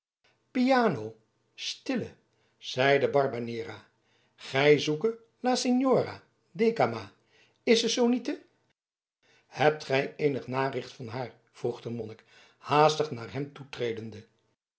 stille zeide barbanera gij zoeke la signora dekama isse so niete hebt gij eenig naricht van haar vroeg de monnik haastig naar hem toetredende